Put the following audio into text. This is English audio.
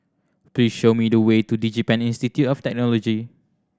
please show me the way to DigiPen Institute of Technology